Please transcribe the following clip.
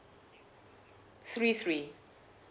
three three